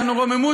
אנחנו רק מדברים,